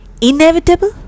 inevitable